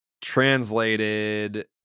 translated